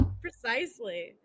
Precisely